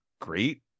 great